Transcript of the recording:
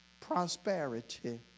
prosperity